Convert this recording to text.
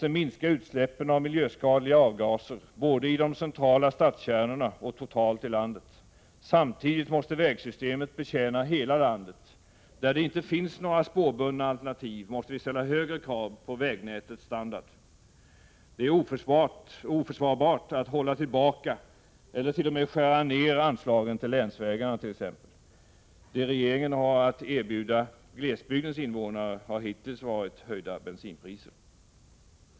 Utsläppen av miljöskadliga avgaser måste minskas, både i de centrala stadskärnorna och totalt i landet. Samtidigt måste vägsystemet betjäna hela landet. Där det inte finns några spårbundna alternativ måste vi ställa högre krav på vägnätets standard. Det är t.ex. oförsvarbart att hålla tillbaka eller t.o.m. skära ned anslagen till länsvägarna. Det regeringen har att erbjuda glesbygdens invånare har hittills varit höjda bensinpriser.